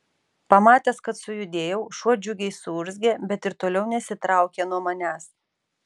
pamatęs kad sujudėjau šuo džiugiai suurzgė bet ir toliau nesitraukė nuo manęs